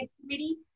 Committee